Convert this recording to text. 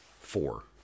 four